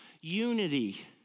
Unity